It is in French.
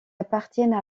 appartiennent